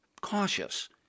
cautious